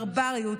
ברבריות,